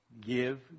give